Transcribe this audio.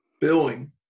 billing